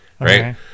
right